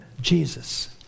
Jesus